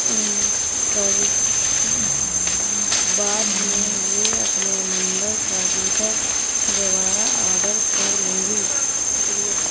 ان پر بعد میں یہ اپنے نمبر کا جوتا دوبارہ آڈر کر لوں گی شکریہ